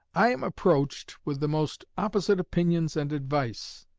i am approached with the most opposite opinions and advice,